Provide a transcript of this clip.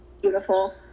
beautiful